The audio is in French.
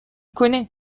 connais